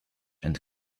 and